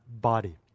body